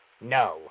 No